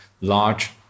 large